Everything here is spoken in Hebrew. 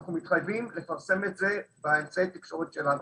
אנחנו מתחייבים לפרסם את זה באמצעי התקשורת שלנו.